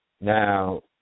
Now